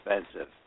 expensive